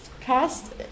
cast